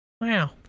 wow